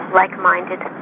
like-minded